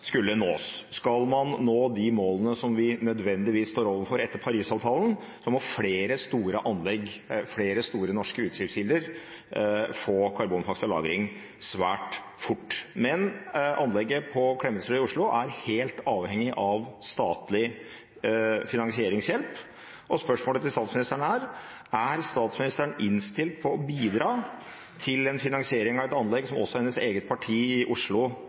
skulle nås. Skal man nå de målene som vi nødvendigvis står overfor etter Paris-avtalen, må flere store norske utslippskilder få karbonfangst og -lagring svært fort. Men anlegget på Klemetsrud i Oslo er helt avhengig av statlig finansieringshjelp, og spørsmålet til statsministeren er: Er statsministeren innstilt på å bidra til en finansiering av et anlegg som også hennes eget parti i Oslo